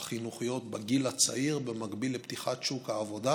החינוכיות בגיל הצעיר במקביל לפתיחת שוק העבודה,